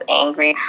angry